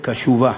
שהכנסת קשובה,